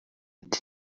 ati